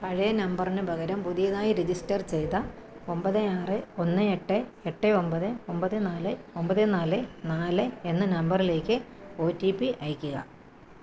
പഴയ നമ്പറിനു പകരം പുതിയതായി രജിസ്റ്റർ ചെയ്ത ഒൻപത് ആറ് ഒന്ന് എട്ട് എട്ട് ഒൻപത് ഒൻപത് നാല് ഒൻപത് നാല് നാല് എന്ന നമ്പറിലേക്ക് ഒ ടി പി അയയ്ക്കുക